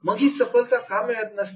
मग ही सफलता का मिळत नसते